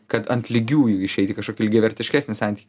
kad ant lygiųjų išeit į kažkokį lygiavertiškesnį santykį